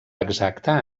exacta